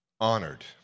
honored